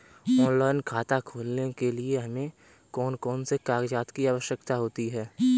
Online खाता खोलने के लिए हमें कौन कौन से कागजात की आवश्यकता होती है?